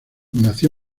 nació